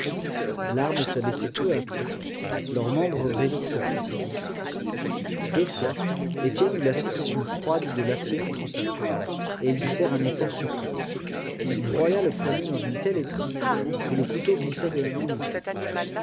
l'arme s'abaissait peu à peu leurs membres raidis se fatiguaient deux fois étienne eut la sensation froide de l'acier contre sa peau et il dut faire un effort suprême il broya le poignet dans une telle étreinte que le couteau glissa de la main ouverte